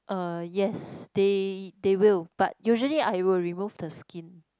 uh yes they they will but usually I will remove the skin